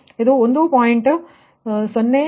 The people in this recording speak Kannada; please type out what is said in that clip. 0384 1